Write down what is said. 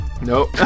Nope